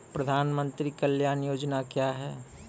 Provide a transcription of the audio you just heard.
प्रधानमंत्री कल्याण योजना क्या हैं?